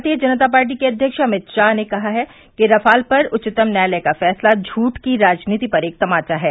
भारतीय जनता पार्टी के अध्यक्ष अमित शाह ने कहा है कि राफाल पर उच्चतम न्यायालय का फैसला झूठ की राजनीति पर एक तमाचा है